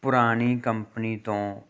ਪੁਰਾਣੀ ਕੰਪਨੀ ਤੋਂ